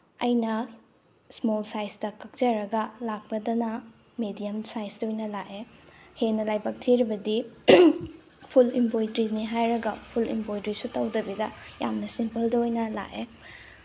ꯑꯩꯅ ꯏꯁꯃꯣꯜ ꯁꯥꯏꯖꯇ ꯀꯛꯆꯔꯒ ꯂꯥꯛꯄꯗꯅ ꯃꯦꯗꯤꯌꯝ ꯁꯥꯏꯖꯇ ꯑꯣꯏꯅ ꯂꯥꯛꯑꯦ ꯍꯦꯟꯅ ꯂꯥꯏꯕꯛ ꯊꯤꯔꯤꯕꯗꯤ ꯐꯨꯜ ꯏꯝꯕꯣꯏꯗ꯭ꯔꯤꯅꯤ ꯍꯥꯏꯔꯒ ꯐꯨꯜ ꯏꯝꯕꯣꯏꯗ꯭ꯔꯤꯁꯨ ꯇꯧꯗꯕꯤꯗ ꯌꯥꯝꯅ ꯁꯤꯝꯄꯜꯗ ꯑꯣꯏꯅ ꯂꯥꯛꯑꯦ